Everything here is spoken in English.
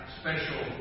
special